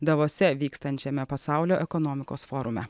davose vykstančiame pasaulio ekonomikos forume